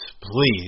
please